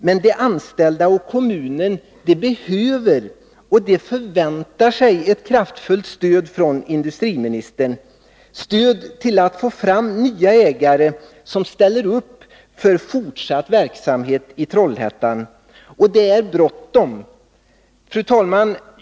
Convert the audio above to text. Men de anställda och kommunen behöver och förväntar sig ett kraftfullt stöd från industriministern, stöd till att få fram nya ägare som ställer upp för fortsatt verksamhet i Trollhättan. Och det är bråttom. Fru talman!